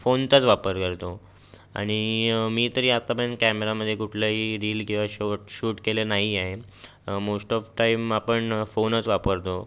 फोनचाच वापर करतो आणि मी तरी आतापर्यंत कॅमेऱ्यामध्ये कुठलंही रील किंवा शॉर्ट शूट केलं नाही आहे मोस्ट ऑफ टाईम आपण फोनच वापरतो